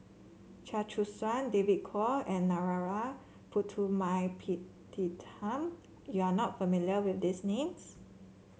Chia Choo Suan David Kwo and Narana Putumaippittan you are not familiar with these names